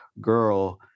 girl